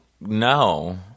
No